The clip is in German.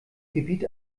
gebiet